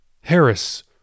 Harris